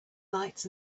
lights